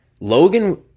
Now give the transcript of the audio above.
Logan